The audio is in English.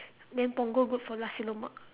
then punggol good for nasi lemak